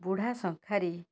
ବୁଢ଼ା ଶଙ୍ଖାରି